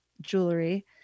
jewelry